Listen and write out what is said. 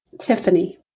Tiffany